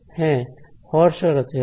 হ্যাঁ হর সরাতে হবে